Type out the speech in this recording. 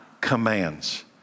commands